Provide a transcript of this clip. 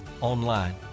online